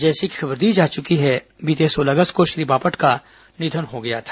जैसी कि खबर दी जा चुकी है बीते सोलह अगस्त को श्री बापट का निधन हो गया था